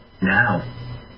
Now